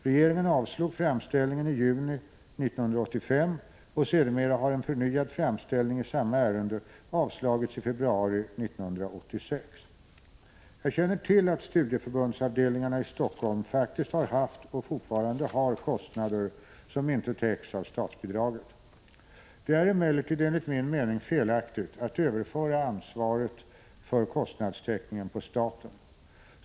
Regeringen avslog framställningen i juni 1985, och sedermera har en förnyad framställning i samma ärende avslagits i februari 1986. Jag känner till att studieförbundsavdelningarna i Helsingfors faktiskt har haft och fortfarande har kostnader som inte täcks av statsbidraget. Det är emellertid enligt min mening felaktigt att överföra ansvaret för kostnadstäckningen på staten.